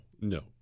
no